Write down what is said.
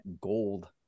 gold